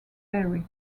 berry